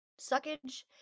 suckage